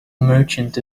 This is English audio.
merchant